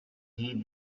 heed